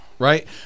Right